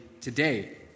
today